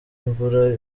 imvura